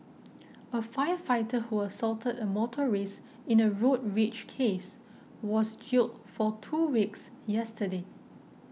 a firefighter who assaulted a motorist in a road rage case was jailed for two weeks yesterday